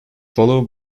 followed